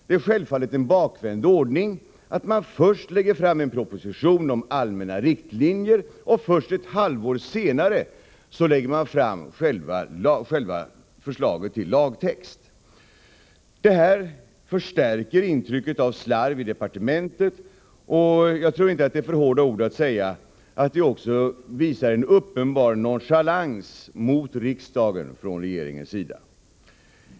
Det är självfallet en bakvänd ordning att först lägga fram en proposition om allmänna riktlinjer och ett halvår senare lägga fram själva förslaget till lagtext. Detta förstärker intrycket av slarv i departementet. Jag tror inte att det är för hårda ord att säga att detta också visar en uppenbar nonchalans mot riksdagen från regeringens sida.